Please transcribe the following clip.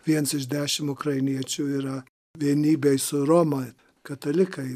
viens iš dešim ukrainiečių yra vienybėj su romos katalikai